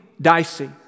dicey